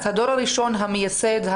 אז הדור הראשון המייסד,